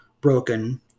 broken